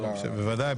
בוודאי,